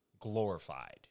glorified